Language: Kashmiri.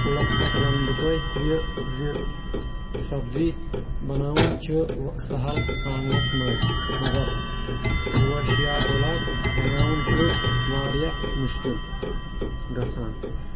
کُلس پٮ۪ٹھ وَنہٕ بہٕ تۄہہِ یہِ زِ سبزی بناوٕنۍ چھِ وَ سَہَل آنٛگنَس منٛز مگر پوش یا گۄلاب بناوُن چھُ واریاہ مُشکل گژھان